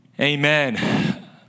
Amen